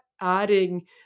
adding